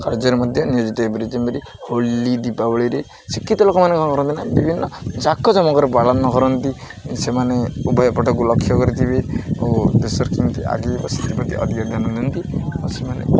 କାର୍ଯ୍ୟରେ ମଧ୍ୟ ନିୟୋଜିତ ହୋଲି ଦୀପାବଳିରେ ଶିକ୍ଷିତ ଲୋକମାନେ କ'ଣ କରନ୍ତି ନା ବିଭିନ୍ନ ଜାକଜମକରେ ପାଳନ କରନ୍ତି ସେମାନେ ଉଭୟ ପଟକୁ ଲକ୍ଷ୍ୟ କରିଥିବେ ଓ ଦେଶର କେମିତି ଆଗେଇବ ସେଥିପ୍ରତି ଅଧିକା ଧ୍ୟାନ ନିିଅନ୍ତି ଆଉ ସେମାନେ